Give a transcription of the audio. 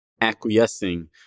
acquiescing